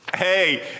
Hey